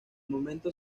momento